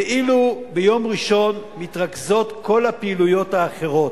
ואילו ביום ראשון מתרכזות כל הפעילויות האחרות.